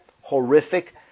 horrific